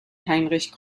heinrich